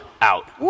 out